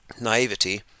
naivety